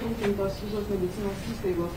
aprūpintos visos medicinos įstaigos